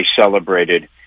celebrated –